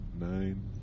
nine